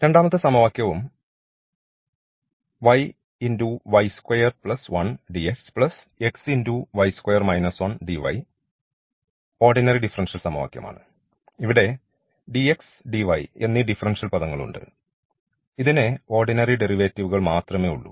രണ്ടാമത്തെ സമവാക്യവും ordinary differential സമവാക്യമാണ് ഇവിടെ dx dy എന്നീ ഡിഫറൻഷ്യൽ പദങ്ങളുണ്ട് ഇതിന് ഓർഡിനറി ഡെറിവേറ്റീവുകൾ മാത്രമേ ഉള്ളൂ